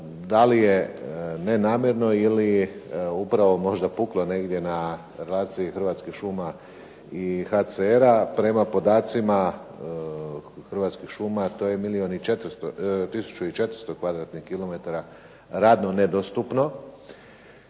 da li je nenamjerno ili upravo možda puklo negdje na relaciji Hrvatskih šuma i HCR-a, prema podacima Hrvatskih šuma to je 1400 kvadratnih